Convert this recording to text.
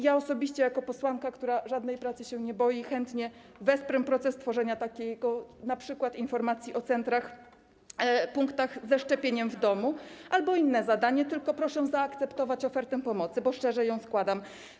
Ja oczywiście jako posłanka, która żadnej pracy się nie boi, chętnie wesprę proces tworzenia np. takiej informacji o centrach, punktach ze szczepieniem w domu albo inne zadanie, tylko proszę zaakceptować ofertę pomocy, bo szczerze ją składam.